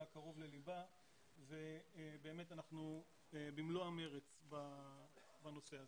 וקרוב ללבה ובאמת אנחנו במלוא המרץ בנושא הזה.